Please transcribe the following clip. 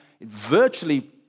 Virtually